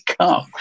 come